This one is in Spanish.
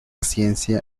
ciencia